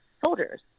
soldiers